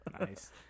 Nice